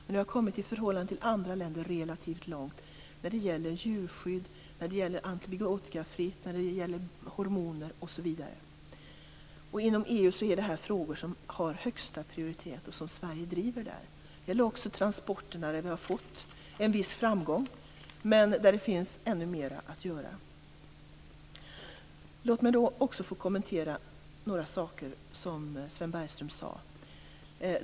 Vi har i förhållande till andra länder kommit relativt långt när det gäller djurskydd, antibiotika, hormoner osv. Inom EU är det frågor som har högsta prioritet och som Sverige driver. Det gäller också transporterna, där vi har fått en viss framgång, men där det finns ännu mer att göra. Låt mig också få kommentera några saker som Sven Bergström sade.